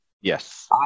Yes